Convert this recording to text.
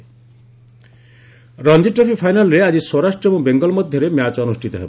Ranji final Ranji trophy ଫାଇନାଲ୍ରେ ଆଜି ସୌରାଷ୍ଟ୍ର ଏବଂ ବେଙ୍ଗଲ ମଧ୍ୟରେ ମ୍ୟାଚ୍ ଅନୁଷ୍ଠିତ ହେବ